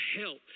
help